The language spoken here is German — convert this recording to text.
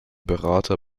berater